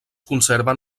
conserven